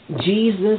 Jesus